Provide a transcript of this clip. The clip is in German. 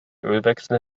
ölwechsel